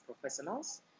professionals